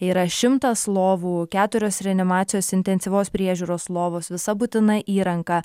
yra šimtas lovų keturios reanimacijos intensyvios priežiūros lovos visa būtina įranga